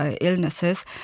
illnesses